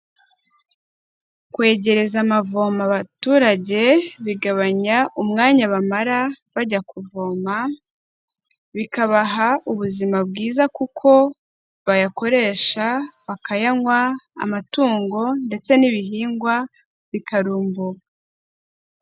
Kwegereza amavomo abaturage bigabanya umwanya bamara bajya kuvoma, bikabaha ubuzima bwiza kuko bayakoresha, bakayanywa, amatungo ndetse n'ibihingwa bikarumbuka.